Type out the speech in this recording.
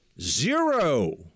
Zero